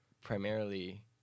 primarily